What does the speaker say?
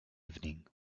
evening